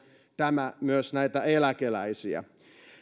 tämä myös näitä eläkeläisiä myös